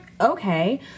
okay